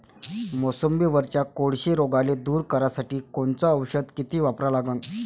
मोसंबीवरच्या कोळशी रोगाले दूर करासाठी कोनचं औषध किती वापरा लागन?